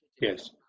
Yes